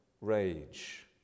rage